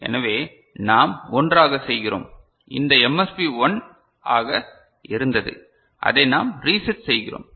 எனவே நாம் 1 ஆக செய்கிறோம் இந்த MSB 1 ஆக இருந்தது அதை நாம் ரீசெட் செய்கிறோம்